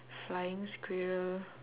flying squirrel